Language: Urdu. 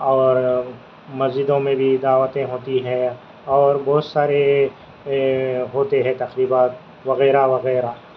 اور مسجدوں میں بھی دعوتیں ہوتی ہیں اور بہت سارے ہوتے ہیں تقریبات وغیرہ وغیرہ